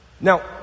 Now